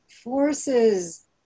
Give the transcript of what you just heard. forces